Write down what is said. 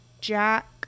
Jack